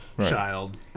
child